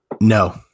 No